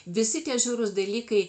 visi tie žiaurūs dalykai